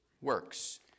works